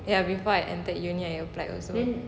ya before I enter uni I applied also